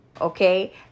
okay